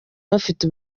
bafite